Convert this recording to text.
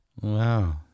wow